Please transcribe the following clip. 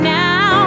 now